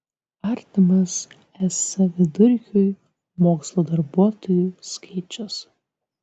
artimas es vidurkiui mokslo darbuotojų skaičius